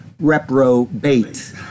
reprobate